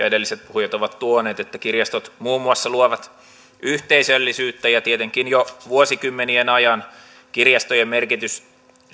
edelliset puhujat ovat tuoneet esille että kirjastot muun muassa luovat yhteisöllisyyttä ja tietenkin jo vuosikymmenien ajan kirjastojen merkitys